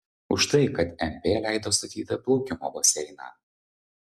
už tai kad mp leido statyti plaukimo baseiną